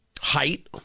Height